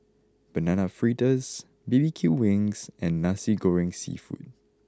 Banana Fritters B B Q Wings and Nasi Goreng seafood